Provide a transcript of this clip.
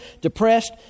depressed